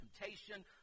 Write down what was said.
temptation